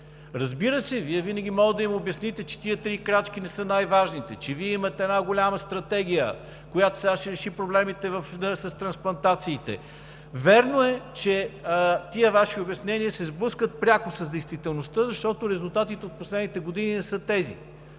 Разбира се, Вие винаги може да им обясните, че тези три крачки не са най-важните, че Вие имате една голяма стратегия, която сега ще реши проблемите с трансплантациите. Вярно е, че тези Ваши обяснения се сблъскват пряко с действителността, защото резултатите от последните години не са тези.